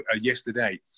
yesterday